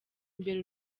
imbere